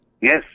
Yes